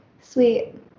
Sweet